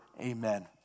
Amen